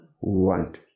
want